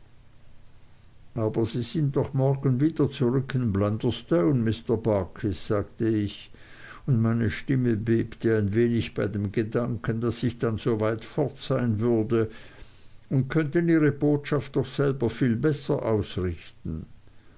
aber sie sind doch morgen wieder zurück in blunderstone mr barkis sagte ich und meine stimme bebte ein wenig bei dem gedanken daß ich dann so weit fort sein würde und könnten ihre botschaft doch selber viel besser ausrichten